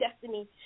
destiny